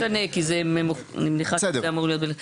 זה לא משנה, כי אני מניחה שזה אמור להיות...